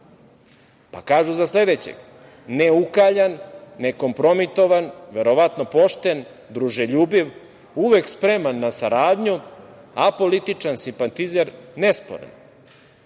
Kažu za sledećeg – neukaljan, nekompromitovan, verovatno pošten, druželjubiv, uvek spreman na saradnju, apolitičan, simpatizer, nesporan. Onda